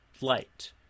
light